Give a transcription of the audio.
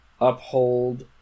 uphold